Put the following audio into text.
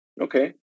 okay